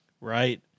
Right